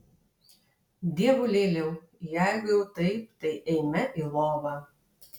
dievulėliau jeigu jau taip tai eime į lovą